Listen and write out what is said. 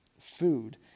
food